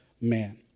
man